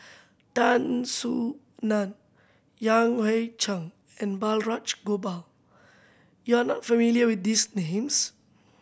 Tan Soo Nan Yan Hui Chang and Balraj Gopal you are not familiar with these names